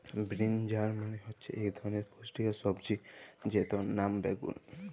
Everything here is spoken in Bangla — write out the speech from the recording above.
বিরিনজাল মালে হচ্যে ইক ধরলের পুষ্টিকর সবজি যেটর লাম বাগ্যুন